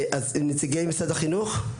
נציגי משרד החינוך.